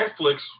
Netflix